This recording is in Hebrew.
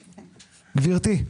גברתי,